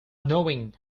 knowing